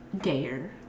Dare